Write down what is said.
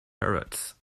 parrots